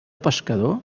pescador